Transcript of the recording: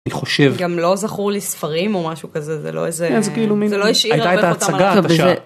אני חושב, גם לא זכור לי ספרים או משהו כזה זה לא איזה זה לא השאיר, היית את ההצגה.